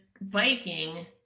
biking